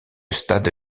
stade